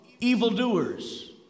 evildoers